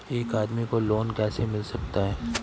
एक आदमी को लोन कैसे मिल सकता है?